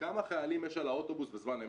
כמה חיילים יש על האוטובוס בזמן אמת.